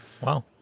Wow